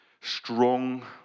strong